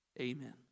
Amen